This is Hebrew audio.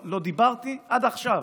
לא דיברתי עד עכשיו,